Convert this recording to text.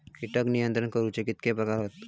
कीटक नियंत्रण करूचे प्रकार कितके हत?